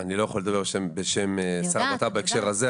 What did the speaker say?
אני לא יכול לדבר בשם שר הבט"פ בהקשר הזה.